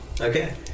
Okay